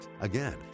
Again